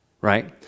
right